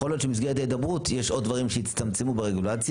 יכול להיות שבמסגרת ההידברות יש עוד דברים שיצטמצמו ברגולציה.